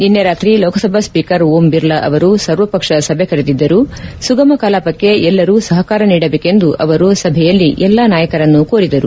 ನಿನ್ನೆ ರಾತ್ರಿ ಲೋಕಸಭಾ ಸ್ವೀಕರ್ ಓಂ ಬಿರ್ಲಾ ಅವರು ಸರ್ವಪಕ್ಷ ಸಭೆ ಕರೆದಿದ್ದರೂ ಸುಗಮ ಕಲಾಪಕ್ಕೆ ಎಲ್ಲರೂ ಸಹಕಾರ ನೀಡಬೇಕೆಂದು ಅವರು ಸಭೆಯಲ್ಲಿ ಎಲ್ಲಾ ನಾಯಕರನ್ನು ಕೋರಿದರು